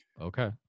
Okay